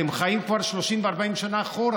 אתם חיים כבר 40-30 שנה אחורה.